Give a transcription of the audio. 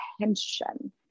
attention